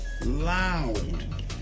loud